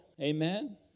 Amen